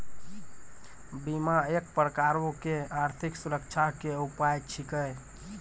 बीमा एक प्रकारो के आर्थिक सुरक्षा के उपाय छिकै